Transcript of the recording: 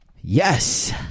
Yes